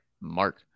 Mark